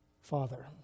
Father